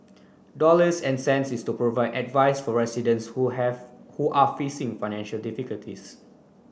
dollars and cents is to provide advice for residents who have who are facing financial difficulties